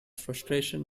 frustration